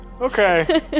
Okay